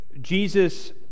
Jesus